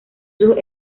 sus